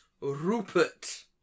Rupert